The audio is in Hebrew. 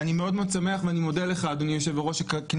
ואני מאד מאד שמח ואני מודה לך אדוני היו"ר שכינסת